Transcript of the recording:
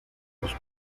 los